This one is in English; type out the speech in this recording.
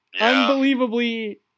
unbelievably